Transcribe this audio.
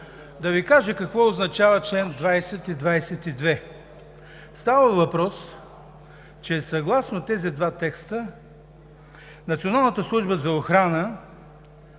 Да Ви кажа какво означават членове 20 и 22 – става въпрос, че съгласно тези два текста Националната служба за охрана